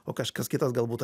o kažkas kitas galbūt